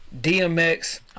DMX